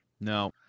No